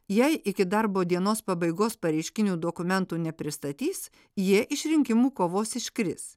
jei iki darbo dienos pabaigos pareiškinių dokumentų nepristatys jie iš rinkimų kovos iškris